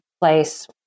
place